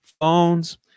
phones